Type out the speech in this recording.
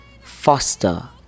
foster